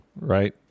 right